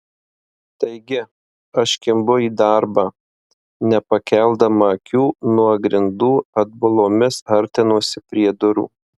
taigi aš kimbu į darbą nepakeldama akių nuo grindų atbulomis artinuosi prie durų